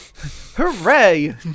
Hooray